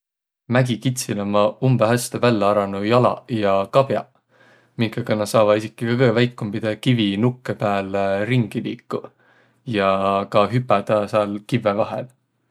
Mägikitsil ommaq umbõ häste vällä arõnuq jalaq ja kabjaq, minkaga nä saavaq esiki kõgõ väikumbidõ kivinukkõ pääl ringi liikuq ja ka hüpädäq sääl kivve vahel.